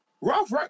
Ralph